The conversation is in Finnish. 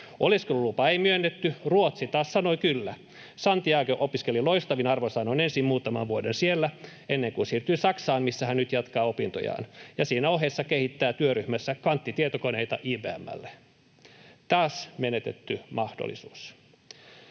Oleskelulupaa ei myönnetty. Ruotsi taas sanoi ”kyllä”. Santiago opiskeli loistavin arvosanoin ensin muutaman vuoden siellä ennen kuin siirtyi Saksaan, missä hän nyt jatkaa opintojaan ja siinä ohessa kehittää työryhmässä kvanttitietokoneita IBM:lle. Taas menetetty mahdollisuus.